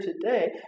today